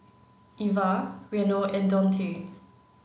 Eva Reno and Dontae